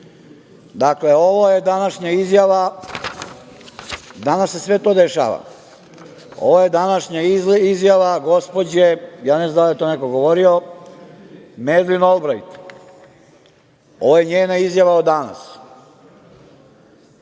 tačno. Dakle, ovo je današnja izjava. Danas se sve to dešava. Ovo je današnja izjava gospođe, ne znam da li je neko to govorio, Medlin Olbrajt. Ovo je njena izjava od danas. Dakle,